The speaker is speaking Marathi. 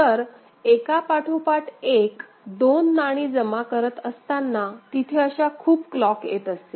तर एकापाठोपाठ एक दोन नाणी जमा करत असताना तिथे अशा खूप क्लॉक येत असतील